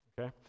Okay